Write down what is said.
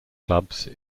clubs